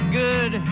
good